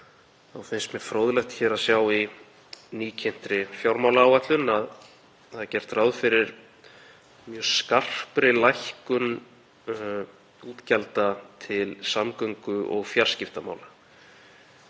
finnst mér fróðlegt að sjá, í nýkynntri fjármálaáætlun, að gert er ráð fyrir mjög skarpri lækkun útgjalda til samgöngu- og fjarskiptamála.